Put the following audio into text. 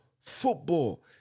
Football